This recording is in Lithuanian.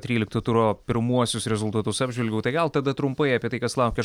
trylikto turo pirmuosius rezultatus apžvelgiau tai gal tada trumpai apie tai kas laukia